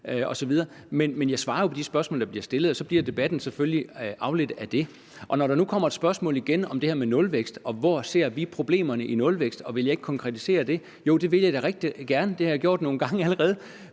Men jeg svarer jo på de spørgsmål, der bliver stillet, og så bliver debatten selvfølgelig afledt af det. Når der nu kommer et spørgsmål igen om det her med nulvækst, og hvor vi ser problemerne i nulvækst, og om ikke jeg vil konkretisere det, så vil jeg svare, at jeg da rigtig gerne vil det, og at jeg allerede